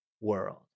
world